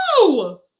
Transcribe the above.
No